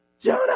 Jonah